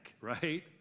right